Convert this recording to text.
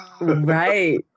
Right